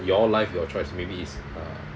your life your choice maybe it's uh